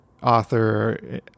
author